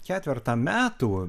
ketvertą metų